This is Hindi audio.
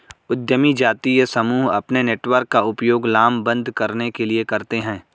उद्यमी जातीय समूह अपने नेटवर्क का उपयोग लामबंद करने के लिए करते हैं